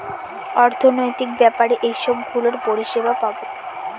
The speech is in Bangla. অর্থনৈতিক ব্যাপারে এইসব গুলোর পরিষেবা পাবো